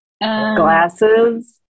Glasses